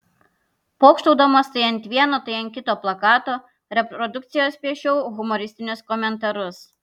pokštaudamas tai ant vieno tai ant kito plakato reprodukcijos piešiau humoristinius komentarus